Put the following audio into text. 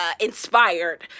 inspired